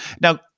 Now